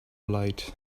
light